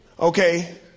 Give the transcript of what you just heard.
Okay